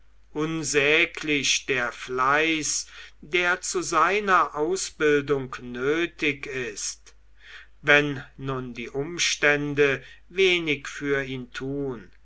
unsäglich der fleiß der zu seiner ausbildung nötig ist wenn nun die umstände wenig für ihn tun